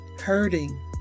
Hurting